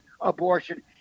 abortion